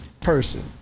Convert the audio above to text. person